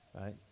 Right